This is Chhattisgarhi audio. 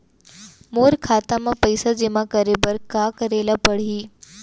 मोर खाता म पइसा जेमा करे बर का करे ल पड़ही?